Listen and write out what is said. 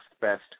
best